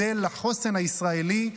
אני מודה לחוסן הישראלי,